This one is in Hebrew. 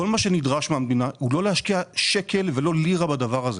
מה שנדרש מהמדינה הוא לא להשקיע שקל או לירה בדבר הזה,